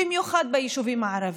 במיוחד ביישובים הערביים.